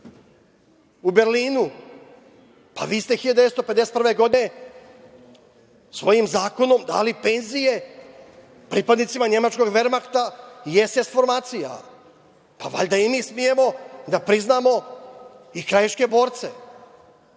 u Berlinu, pa vi ste 1951. godine svojim zakonom dali penzije pripadnicima nemačkog Vermahta i ESS formacija, pa valjda i mi smemo da priznamo i krajiške borce